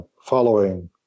following